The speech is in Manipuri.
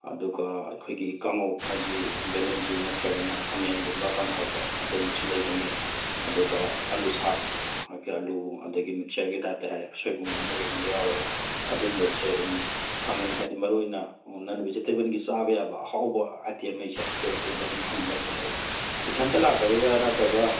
ꯑꯗꯨꯒ ꯑꯩꯈꯣꯏꯒꯤ ꯀꯥꯡꯍꯧ ꯍꯥꯏꯕꯗꯤ ꯚꯦꯂꯦꯟꯗ꯭ꯔꯤ ꯅꯠꯇ꯭ꯔꯒꯅ ꯈꯥꯃꯦꯟꯒꯨꯝꯕ ꯀꯥꯡꯍꯧꯀꯣ ꯑꯗꯨꯝꯕꯁꯨ ꯂꯩꯒꯅꯤ ꯑꯗꯨꯒ ꯑꯜꯂꯨꯁꯥꯛ ꯑꯩꯈꯣꯏꯒꯤ ꯑꯜꯂꯨ ꯑꯗꯒꯤ ꯃꯤꯛꯆꯔ ꯒꯤ ꯇꯥꯏꯞꯇ ꯍꯥꯏꯔꯦ ꯁꯣꯏꯕꯨꯝꯒꯨꯝꯕ ꯀꯩꯒꯨꯝꯕ ꯌꯥꯎꯔꯒ ꯑꯗꯨꯒꯨꯝꯕꯗꯨꯁꯨ ꯑꯗꯨꯝ ꯐꯪꯒꯅꯤ ꯍꯥꯏꯕꯗꯤ ꯃꯔꯨꯑꯣꯏꯅ ꯅꯟ ꯚꯦꯖꯤꯇꯦꯕꯜꯒꯤ ꯆꯥꯕ ꯌꯥꯕ ꯑꯍꯥꯎꯕ ꯑꯥꯏꯇꯦꯝꯒꯩꯁꯦ ꯑꯩꯈꯣꯏ ꯍꯣꯇꯦꯜꯗ ꯑꯗꯨꯝ ꯐꯪꯒꯅꯤ ꯑꯗꯣ ꯏꯊꯟꯇ ꯂꯥꯛꯀꯗꯣꯏꯔ ꯅꯠꯇ꯭ꯔꯒ